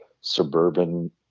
suburban